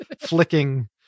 flicking